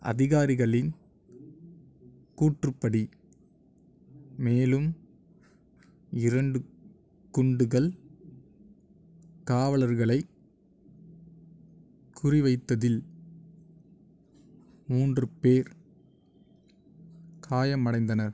அதிகாரிகளின் கூற்றுப்படி மேலும் இரண்டு குண்டுகள் காவலர்களைக் குறிவைத்ததில் மூன்று பேர் காயம் அடைந்தனர்